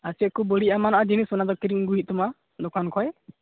ᱟᱨ ᱪᱮᱫ ᱠᱚ ᱵᱟᱹᱲᱤᱡ ᱮᱢᱟᱱᱟᱜ ᱡᱤᱱᱤᱥ ᱚᱱᱟ ᱫᱚ ᱠᱤᱨᱤᱧ ᱟᱹᱜᱩᱭ ᱦᱩᱭᱩᱜ ᱛᱟᱢᱟ ᱫᱚᱠᱟᱱ ᱠᱷᱚᱡ